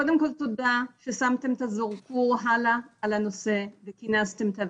קודם כל תודה ששמתם את הזרקור הלאה על הנושא וכינסתם את הוועדה,